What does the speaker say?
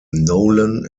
nolan